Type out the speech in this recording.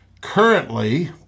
Currently